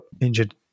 injured